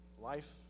life